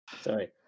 Sorry